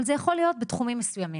אבל זה יכול להיות בתחומים מסוימים,